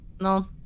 No